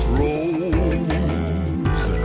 rose